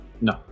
No